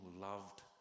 loved